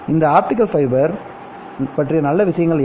இந்த optical fibre பற்றிய நல்ல விஷயங்கள் என்ன